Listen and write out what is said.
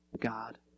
God